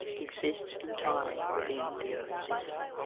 exists entirely within the earth system.